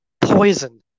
poison